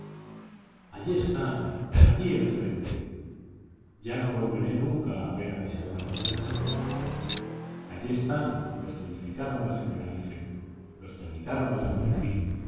allí están ahí enfrente yo no volveré nunca a ver a mis hermanos del rif allí están los que edificaron el generalife los que habitaron el albaicín